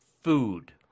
food